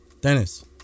dennis